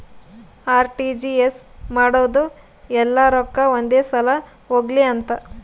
RTGS ಮಾಡೋದು ಯೆಲ್ಲ ರೊಕ್ಕ ಒಂದೆ ಸಲ ಹೊಗ್ಲಿ ಅಂತ